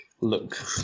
look